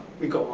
we go